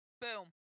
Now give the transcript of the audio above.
Boom